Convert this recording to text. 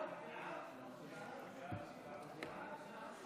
ההצעה להעביר את